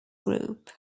group